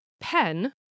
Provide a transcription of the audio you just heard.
Pen